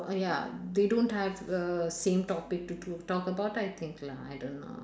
uh ya they don't have err same topic to to talk about I think lah I don't know